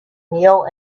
kneel